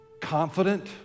confident